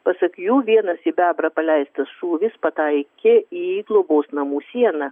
pasak jų vienas į bebrą paleistas šūvis pataikė į globos namų sieną